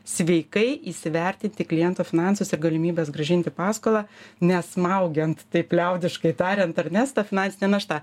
sveikai įsivertinti kliento finansus ir galimybes grąžinti paskolą nesmaugiant taip liaudiškai tariant ar ne su ta finansine našta